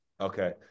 Okay